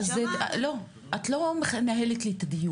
אז לא, את לא מנהלת לי את הדיון.